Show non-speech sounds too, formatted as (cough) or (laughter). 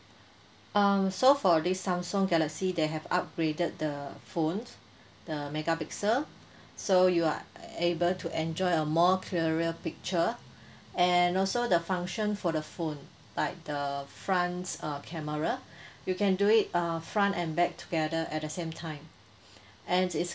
um so for this samsung galaxy they have upgraded the phone (breath) the megapixel (breath) so you are uh able to enjoy a more clearer picture (breath) and also the function for the phone like the fronts uh camera (breath) you can do it uh front and back together at the same time (breath) and it's